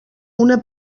una